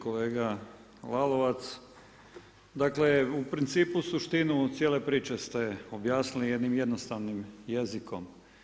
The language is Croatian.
Kolega Lalovac, dakle u principu suštinu cijele priče ste objasnili jednim jednostavnim jezikom.